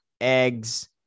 eggs